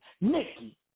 Nikki